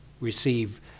receive